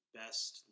best